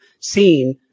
seen